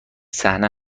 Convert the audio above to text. صحنه